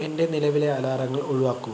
എന്റെ നിലവിലെ അലാറങ്ങൾ ഒഴിവാക്കൂ